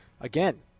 again